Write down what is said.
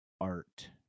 art